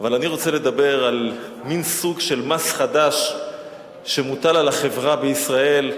אבל אני רוצה לדבר על מין סוג של מס חדש שמוטל על החברה בישראל,